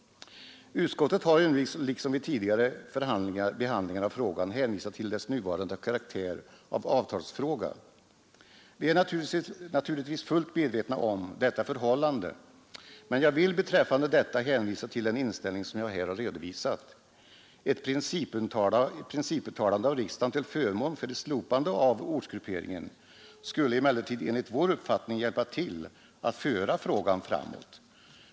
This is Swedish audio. Utskottet har nu, liksom vid tidigare behandlingar av frågan, hänvisat till dess nuvarande karaktär av avtalsfråga. Vi är naturligtvis fullt medvetna om detta förhållande, men jag vill beträffande detta hänvisa till den inställning som jag här redovisat. Ett principuttalande av riksdagen! till förmån för ett slopande av ortsgrupperingen skulle emellertid enligt vår uppfattning hjälpa till att föra frågan framåt.